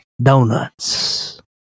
Donuts